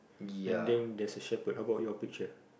and then there's a Shepard how about your picture